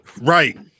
Right